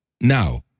Now